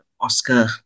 oscar